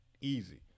easy